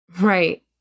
Right